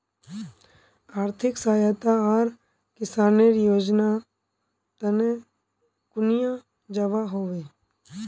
आर्थिक सहायता आर किसानेर योजना तने कुनियाँ जबा होबे?